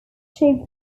shaped